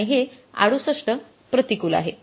आणि हे ६८ प्रतिकूल आहे